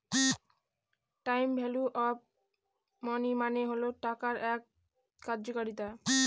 time value of money মানে হল টাকার এক কার্যকারিতা